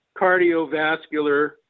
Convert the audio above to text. cardiovascular